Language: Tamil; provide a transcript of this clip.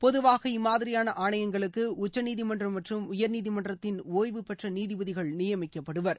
பொதுவாக இம்மாதிரியான ஆணையங்களுக்கு உச்சநீதிமன்றம் மற்றும் உயா்நீதிமன்றத்தின் ஒய்வுபெற்ற நீதிபதிகள் நியமிக்கப்படுவார்கள்